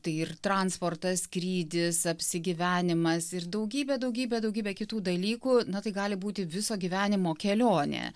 tai ir transportas skrydis apsigyvenimas ir daugybė daugybė daugybė kitų dalykų na tai gali būti viso gyvenimo kelionė